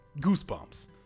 goosebumps